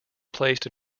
placed